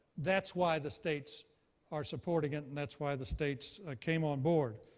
that's why the states are supporting it and that's why the states came on board.